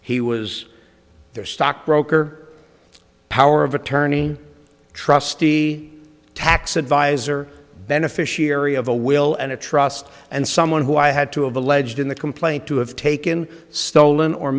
he was their stock broker power of attorney trustee tax advisor beneficiary of a will and a trust and someone who i had to have alleged in the complaint to have taken stolen or